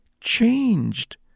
changed